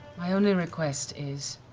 my only request is,